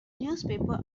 newspaper